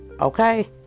Okay